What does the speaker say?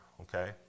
okay